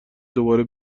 دوباره